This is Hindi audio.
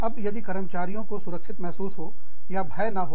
अब यदि कर्मचारियों को सुरक्षित महसूस हो या भय ना हो